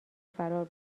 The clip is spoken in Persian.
فرار